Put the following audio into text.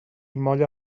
molla